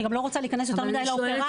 אני גם לא רוצה להיכנס יותר מידי לאופרציה.